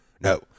No